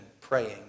praying